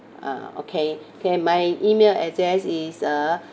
ah okay okay my email address is uh